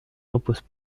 repose